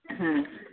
ହଁ